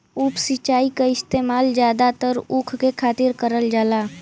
उप सिंचाई क इस्तेमाल जादातर ऊख के खातिर करल जाला